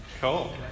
Cool